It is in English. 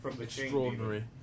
extraordinary